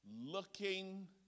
looking